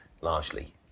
largely